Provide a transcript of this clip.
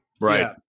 Right